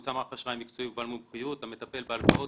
לקבוצה מערך אשראי מקצועי ובעל מומחיות שמטפל בהלוואות